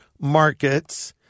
markets